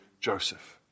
Joseph